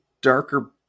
darker